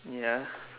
ya